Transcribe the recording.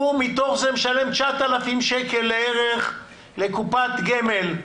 מתוך זה הוא משלם 9,000 שקל בערך לקופת גמל,